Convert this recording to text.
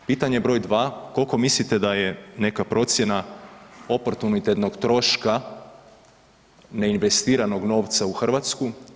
Pitanje br. 2. kolko mislite da je neka procjena oportunitetnog troška ne investiranog novca u Hrvatsku?